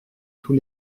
tous